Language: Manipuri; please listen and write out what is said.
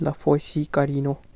ꯂꯐꯣꯏꯁꯤ ꯀꯔꯤꯅꯣ